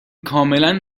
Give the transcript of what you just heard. کاملا